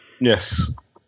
Yes